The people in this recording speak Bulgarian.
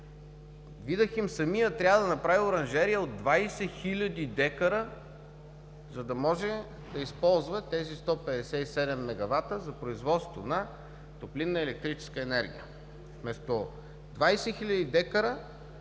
„Видахим“ трябва да направи оранжерия от 20 000 декара, за да използва тези 157 мегавата за производство на топлинна електрическа енергия.